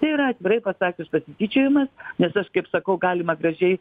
tai yra atvirai pasakius pasityčiojimas nes aš kaip sakau galima gražiai